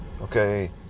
Okay